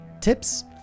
tips